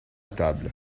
table